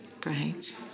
Great